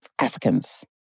Africans